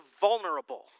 vulnerable